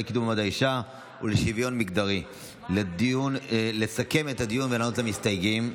לקידום מעמד האישה ולשוויון מגדרי לסכם את הדיון ולענות למסתייגים.